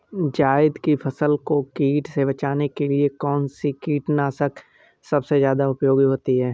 जायद की फसल को कीट से बचाने के लिए कौन से कीटनाशक सबसे ज्यादा उपयोगी होती है?